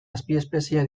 azpiespezie